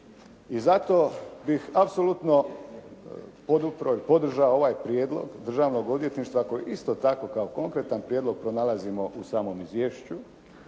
I zato bih apsolutno podupro ili podržao ovaj prijedlog Državnog odvjetništva koji isto tako kao konkretan prijedlog pronalazimo u samom izvješću,